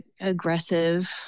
aggressive